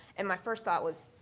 and my first thought was,